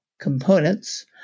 components